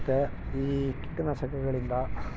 ಮತ್ತು ಈ ಕೀಟ ನಾಶಕಗಳಿಂದ